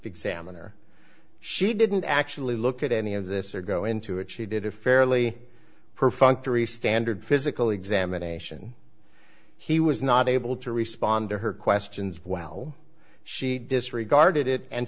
examiner she didn't actually look at any of this or go into it she did a fairly perfunctory standard physical examination he was not able to respond to her questions well she disregarded it and